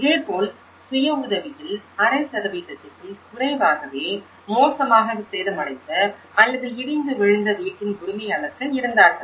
இதேபோல் சுய உதவியில் அரை சதவிகிதத்திற்கும் குறைவாகவே மோசமாக சேதமடைந்த அல்லது இடிந்து விழுந்த வீட்டின் உரிமையாளர்கள் இருந்தார்கள்